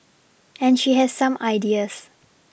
and she has some ideas